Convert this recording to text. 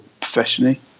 professionally